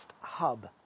hub